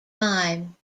time